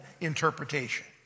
interpretation